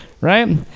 right